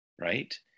right